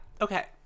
okay